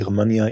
גרמניה,